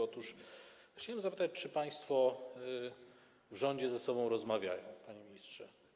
Otóż chciałem zapytać, czy państwo w rządzie ze sobą rozmawiają, panie ministrze.